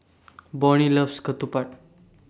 Bonny loves Ketupat